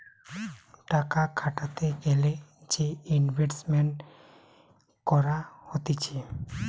টাকা খাটাতে গ্যালে যে ইনভেস্টমেন্ট করা হতিছে